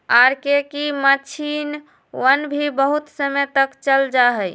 R K की मक्षिणवन भी बहुत समय तक चल जाहई